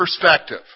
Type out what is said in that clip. perspective